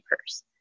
purse